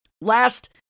Last